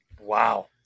Wow